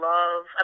Love